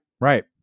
Right